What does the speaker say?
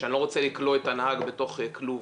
שאני לא רוצה לכלוא את הנהג בתוך כלוב.